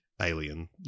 Alien